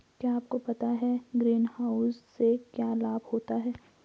क्या आपको पता है ग्रीनहाउस से क्या लाभ होता है?